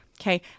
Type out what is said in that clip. okay